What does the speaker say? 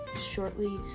shortly